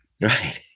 Right